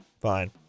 fine